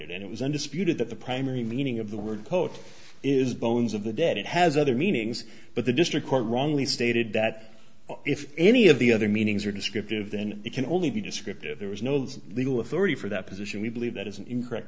translated and it was undisputed that the primary meaning of the word coat is bones of the dead it has other meanings but the district court wrongly stated that if any of the other meanings are descriptive then it can only be descriptive there was no less legal authority for that position we believe that is an incorrect